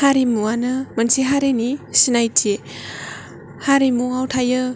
हारिमुआनो मोनसे हारिनि सिनायथि हारिमु आव थायो